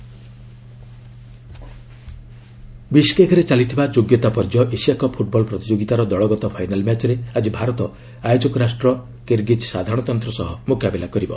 football ବିଶେକ୍ଠାରେ ଚାଲିଥିବା ଯୋଗ୍ୟତା ପର୍ଯ୍ୟାୟ ଏସିଆ କପ୍ ଫୁଟବଲ୍ ପ୍ରତିଯୋଗିତାର ଦଳଗତ ଫାଇନାଲ୍ ମ୍ୟାଚ୍ରେ ଆଜି ଭାରତ ଆୟୋଜକ ରାଷ୍ଟ୍ର କିର୍ଗିଜ୍ ସାଧାରଣତନ୍ତ୍ର ସହ ମୁକାବିଲା କରିବ